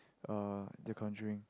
uh The-Conjuring